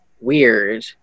weird